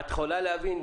את יכולה להבין,